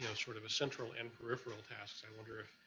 yeah sort of a central and peripheral task, i wonder if,